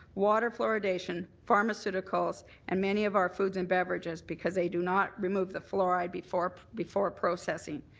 water fluoridation, pharmaceuticals and many of our foods and beverages because they do not remove the fluoride before before processing.